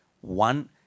One